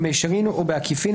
במישרין או בעקיפין,